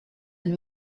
and